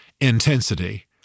intensity